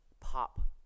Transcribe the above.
pop